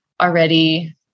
already